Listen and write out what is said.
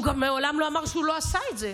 הוא גם מעולם לא אמר שהוא לא עשה את זה.